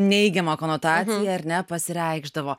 neigiama konotacija ar ne pasireikšdavo